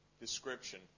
description